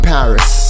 Paris